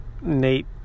Nate